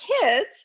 kids